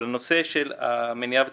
אבל נושא של מניעה וצמצום,